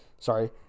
sorry